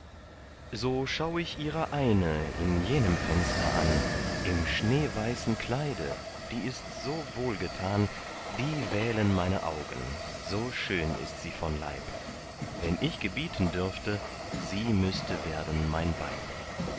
so schau ich ihrer eine in jenem fenster an im schneeweißen kleide die ist so wohlgetan die wählen meine augen so schön ist sie von leib wenn ich gebieten dürfte sie müßte werden mein weib